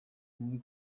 mubi